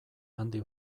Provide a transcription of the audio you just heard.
handi